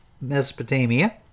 Mesopotamia